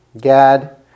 Gad